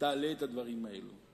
תעלה את הדברים האלה.